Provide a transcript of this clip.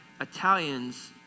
Italians